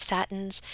Satins